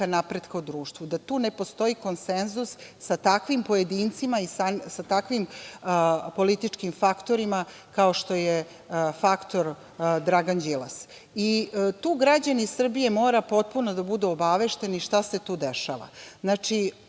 napretka u društvu, da tu ne postoji konsenzus sa takvim pojedincima i sa takvim političkim faktorima kao što je faktor Dragan Đilas. Tu građani Srbije moraju potpuno da budu obavešteni šta se tu dešava. Ona